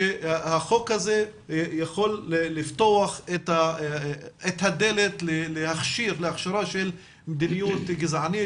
שהחוק הזה יכול לפתוח את הדלת להכשרה של מדיניות גזענית,